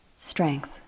strength